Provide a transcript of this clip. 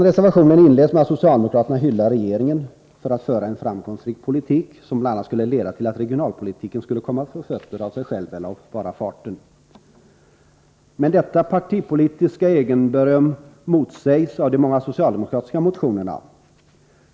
Reservation 16 inleds med att socialdemokraterna lovordar regeringen och säger att den för en framgångsrik politik, som bl.a. skulle leda till att regionalpolitiken skulle komma på fötter av bara farten. Men detta partipolitiska egenberöm motsägs av de många socialdemokratiska motionerna.